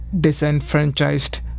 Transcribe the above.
disenfranchised